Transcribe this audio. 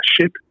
ship